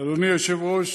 אדוני היושב-ראש,